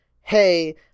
hey